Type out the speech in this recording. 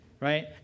right